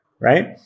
right